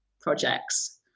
projects